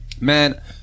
Man